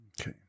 Okay